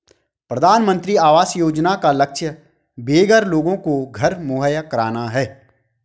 प्रधानमंत्री आवास योजना का लक्ष्य बेघर लोगों को घर मुहैया कराना है